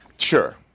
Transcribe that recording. Sure